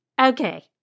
Okay